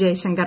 Jaishankar